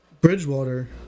Bridgewater